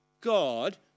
God